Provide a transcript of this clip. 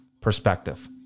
perspective